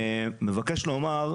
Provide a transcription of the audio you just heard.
להתייחס.